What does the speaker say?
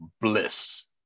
bliss